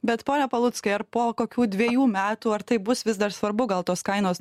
bet pone paluckai ar po kokių dvejų metų ar taip bus vis dar svarbu gal tos kainos